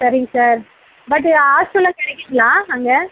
சரிங்க சார் பட்டு ஹாஸ்டலும் கிடைக்குங்களா அங்கே